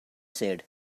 said